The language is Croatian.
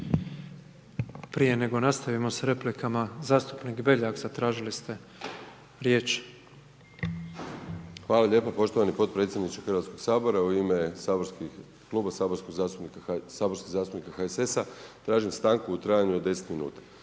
Prije nego nastavimo s replikama, zastupnik Beljak, zatražili ste riječ. **Beljak, Krešo (HSS)** Hvala lijepo poštovani potpredsjedniče Hrvatskog sabora. U ime saborskih kluba, saborskih zastupnika HSS-a, tražim stanku u trajanju od 10 min.